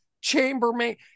chambermaid